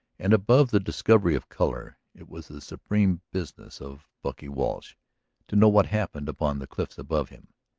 and, above the discovery of color, it was the supreme business of bucky walsh to know what happened upon the cliffs above him.